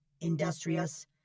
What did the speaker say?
industrious